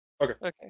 Okay